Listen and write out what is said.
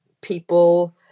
people